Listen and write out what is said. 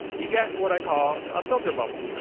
you get what i call a filter bubble.